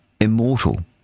immortal